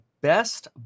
best